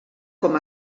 com